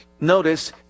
Notice